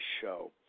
show